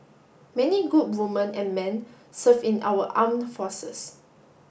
many good women and men serve in our armed forces